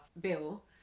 bill